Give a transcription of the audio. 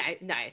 no